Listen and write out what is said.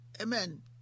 Amen